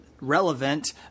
Relevant